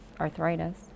arthritis